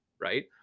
Right